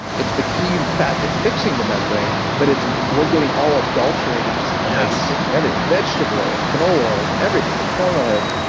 it's the key fat to fixing the membrane but we're getting all adulterated omega six and everything, vegetable oils, canola oils everything, the corn oils.